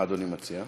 מה אדוני מציע?